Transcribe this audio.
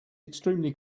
extremely